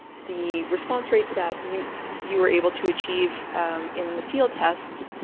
the response rate that you you were able to achieve in the field tests.